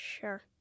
Sure